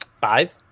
Five